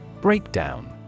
Breakdown